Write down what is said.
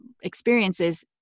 experiences